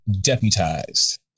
deputized